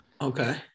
Okay